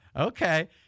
Okay